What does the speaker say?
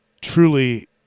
truly